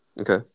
Okay